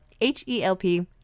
H-E-L-P